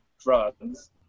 drugs